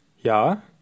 Ja